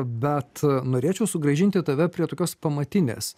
bet norėčiau sugrąžinti tave prie tokios pamatinės